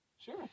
Sure